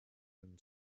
own